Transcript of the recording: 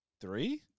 three